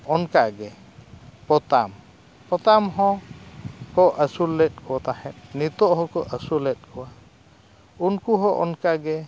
ᱚᱱᱠᱟ ᱜᱮ ᱯᱚᱛᱟᱢ ᱯᱚᱛᱟᱢ ᱦᱚᱸ ᱠᱚ ᱟᱹᱥᱩᱞ ᱞᱮᱫ ᱠᱚ ᱛᱟᱦᱮᱸᱫ ᱱᱤᱛᱳᱜ ᱦᱚᱸᱠᱚ ᱟᱹᱥᱩᱞᱮᱫ ᱠᱚᱣᱟ ᱩᱱᱠᱩ ᱦᱚᱸ ᱚᱱᱠᱟ ᱜᱮ